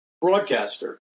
broadcaster